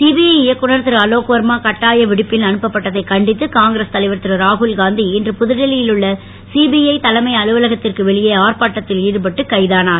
CBI இயக்குனர் திருஅலோக் வர்மா கட்டாய விடுப்பில் அனுப்பப் பட்டதைக் கண்டித்து காங்கிரஸ் தலைவர் திரு ராகுல் காந்தி இன்று புதுடில்லி மில் உள்ள சிபிஐ தலைமை அலுவலகத்திற்கு வெளியே அர்ப்பாட்டத்தில் ஈடுபட்டு கைதானார்